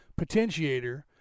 potentiator